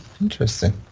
Interesting